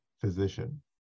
physician